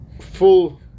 full